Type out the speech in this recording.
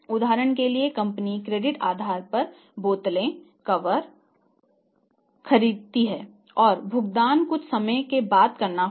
उदाहरण के लिए कंपनी क्रेडिट आधार पर बोतलें कवर ग्रेट्स खरीदती है और भुगतान कुछ समय के बाद करना पड़ता है